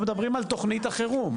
אנחנו מדברים על תוכנית החירום.